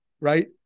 right